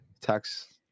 Tax